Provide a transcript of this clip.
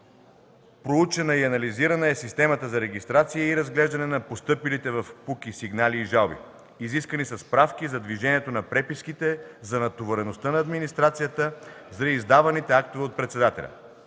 Проучена и анализирана е системата за регистрация и разглеждане на постъпилите в КПУКИ сигнали и жалби. Изискани са справки за движението на преписките, за натовареността на администрацията, за издаваните актове от Председателя.